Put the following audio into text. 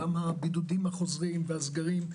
הבידודים החוזרים והסגרים.